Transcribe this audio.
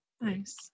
Nice